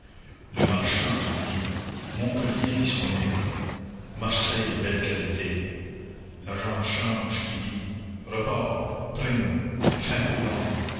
le marchand qui dit montpellier disponible marseille belle qualité l'agent de change qui dit report prime fin courant